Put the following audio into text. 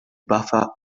buffer